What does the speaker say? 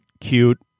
cute